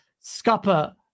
scupper